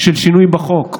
שינוי בחוק.